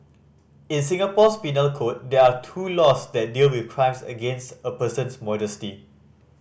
in Singapore's penal code there are two laws that deal with crimes against a person's modesty